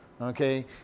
Okay